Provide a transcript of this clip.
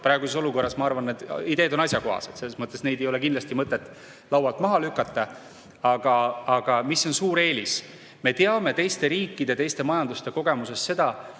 Praeguses olukorras, ma arvan, need ideed on asjakohased ja selles mõttes ei ole kindlasti mõtet neid laualt maha lükata. Aga mis on suur eelis? Me teame teiste riikide ja teiste majanduste kogemusest seda,